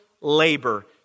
labor